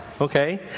okay